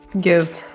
Give